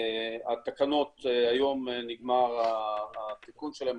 התקנות היום נגמר התיקון שלהם,